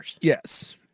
Yes